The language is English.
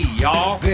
y'all